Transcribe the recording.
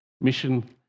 mission